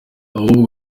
ahubwo